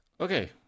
okay